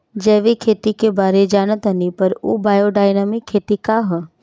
जैविक खेती के बारे जान तानी पर उ बायोडायनमिक खेती का ह?